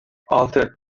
altı